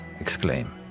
exclaim